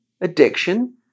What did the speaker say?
addiction